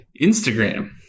Instagram